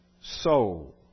soul